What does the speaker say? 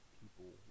people